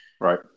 Right